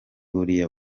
buriya